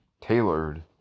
tailored